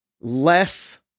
less